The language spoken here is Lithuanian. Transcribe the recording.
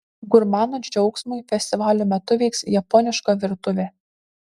gurmanų džiaugsmui festivalio metu veiks japoniška virtuvė